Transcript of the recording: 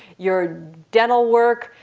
your dental work,